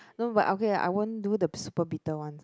no but okay lah I won't do the super bitter one